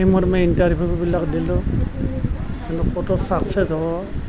সেইমৰ্মে ইণ্টাৰভিউ বিলাক দিলোঁ ক'ত বা চাকচেছ হওঁ